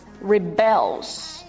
rebels